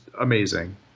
amazing